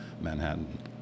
Manhattan